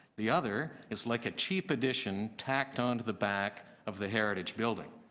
the other is like a cheap addition tacked on to the back of the heritage building.